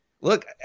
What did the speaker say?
Look